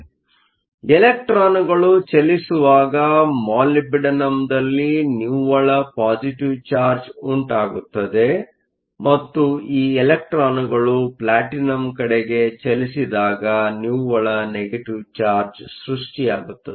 ಆದ್ದರಿಂದ ಇಲೆಕ್ಟ್ರಾನ್ಗಳು ಚಲಿಸುವಾಗ ಮಾಲಿಬ್ಡಿನಮ್ದಲ್ಲಿ ನಿವ್ವಳ ಪಾಸಿಟಿವ್ ಚಾರ್ಜ್ ಉಂಟಾಗುತ್ತದೆ ಮತ್ತು ಈ ಇಲೆಕ್ಟ್ರಾನ್ಗಳು ಪ್ಲಾಟಿನಂಕಡೆಗೆ ಚಲಿಸಿದಾಗ ನಿವ್ವಳ ನೆಗೆಟಿವ್ ಚಾರ್ಜ್ ಸೃಷ್ಟಿಯಾಗುತ್ತದೆ